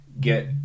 get